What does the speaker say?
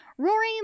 Rory